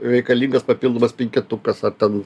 reikalingas papildomas penketukas ar ten